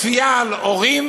כפייה על הורים